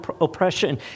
oppression